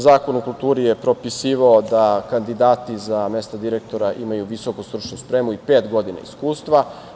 Zakon o kulturi je propisivao da kandidati za mesto direktora imaju visoku stručnu spremu i pet godina iskustva.